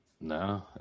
No